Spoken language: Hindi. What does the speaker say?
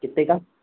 कितने का